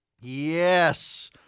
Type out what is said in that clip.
yes